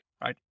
right